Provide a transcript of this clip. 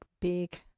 big